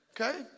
Okay